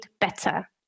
Better